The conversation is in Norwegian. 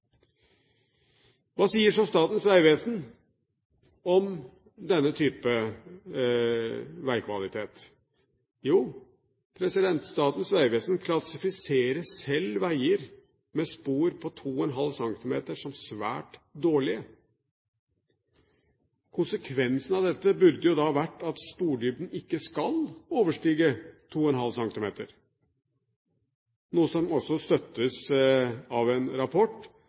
Hva sier så Statens vegvesen om denne type veikvalitet? Jo, Statens vegvesen klassifiserer selv veier med spor på 2,5 cm som svært dårlige. Konsekvensen av dette burde da vært at spordybden ikke skal overstige 2,5 cm, noe som også støttes av en rapport